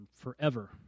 forever